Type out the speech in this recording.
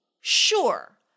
sure